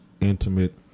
intimate